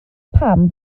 pam